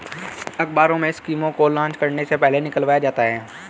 अखबारों में स्कीमों को लान्च करने से पहले निकलवाया जाता है